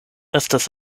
estas